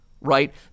right